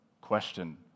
question